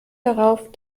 darauf